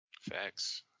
Facts